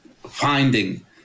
finding